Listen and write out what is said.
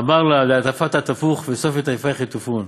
אמר לה: על דאטפת אטפוך, וסוף מטייפייך יטופון"